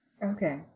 Okay